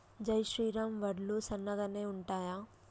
జై శ్రీరామ్ వడ్లు సన్నగనె ఉంటయా?